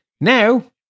now